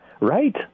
right